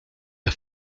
the